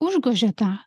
užgožė tą